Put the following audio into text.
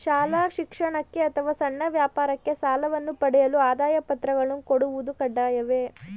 ಶಾಲಾ ಶಿಕ್ಷಣಕ್ಕೆ ಅಥವಾ ಸಣ್ಣ ವ್ಯಾಪಾರಕ್ಕೆ ಸಾಲವನ್ನು ಪಡೆಯಲು ಆದಾಯ ಪತ್ರಗಳನ್ನು ಕೊಡುವುದು ಕಡ್ಡಾಯವೇ?